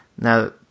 now